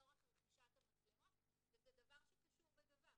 לצורך רכישת המצלמות וזה דבר שקשור בדבר.